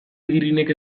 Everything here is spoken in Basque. idirinek